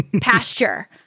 pasture